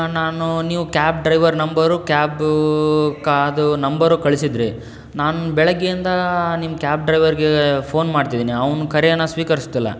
ನಾನು ನೀವು cab driver number cab ಕಾ ಅದು ನಂಬರು ಕಳಿಸಿದ್ರಿ ನಾನು ಬೆಳಗ್ಗೆಯಿಂದ ನಿಮ್ಮ ಕ್ಯಾಬ್ ಡ್ರೈವರ್ಗೆ ಫೋನ್ ಮಾಡ್ತಿದೀನಿ ಅವನು ಕರೆಯನ್ನು ಸ್ವೀಕರಿಸ್ತಿಲ್ಲ